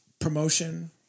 Promotion